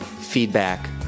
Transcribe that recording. feedback